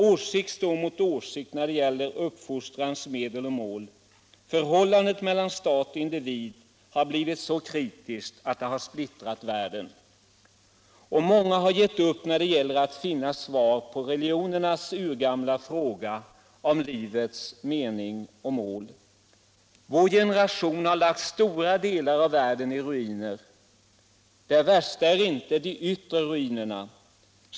Åsikt står mot åsikt när det gäller uppfostrans medel och mål. Förhållandet mellan stat och individ har blivit så kritiskt att det har splittrat världen. Och många har givit upp när det gäller att finna svar på religionernas urgamla fråga om livets mening och mål. Vår generation har lagt stora delar av världen i ruiner. Det värsta är inte de yttre ruinerna.